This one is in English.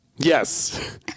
yes